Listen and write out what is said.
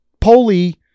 poly